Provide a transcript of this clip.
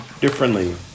differently